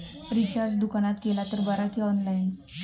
Recharge दुकानात केला तर बरा की ऑनलाइन?